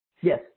Yes